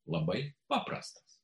labai paprastas